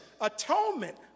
atonement